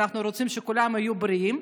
אנחנו רוצים שכולם יהיו בריאים,